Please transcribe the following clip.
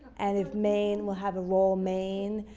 and if main will have a role, main,